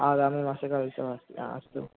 आगामि मासिक विषयमस्ति अस्तु